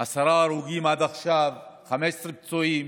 עשרה הרוגים עד עכשיו, 15 פצועים.